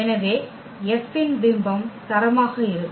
எனவே F இன் பிம்பம் தரமாக இருக்கும்